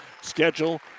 Schedule